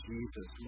Jesus